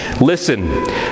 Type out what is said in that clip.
Listen